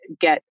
get